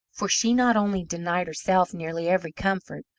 for she not only denied herself nearly every comfort,